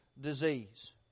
disease